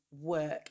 work